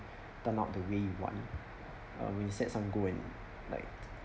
turn out the way you want uh when you set some goal and like